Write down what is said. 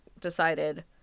decided